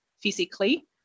physically